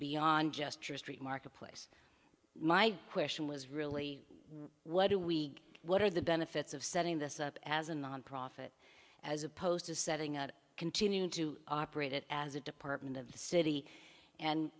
beyond just your street marketplace my question was really what do we what are the benefits of setting this up as a nonprofit as opposed to setting out continuing to operate it as a department of the city and